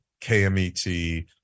KMET